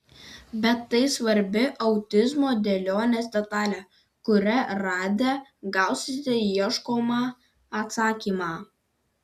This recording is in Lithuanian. bet tai svarbi autizmo dėlionės detalė kurią radę gausite ieškomą atsakymą